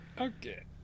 Okay